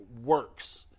works